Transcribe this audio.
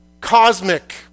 cosmic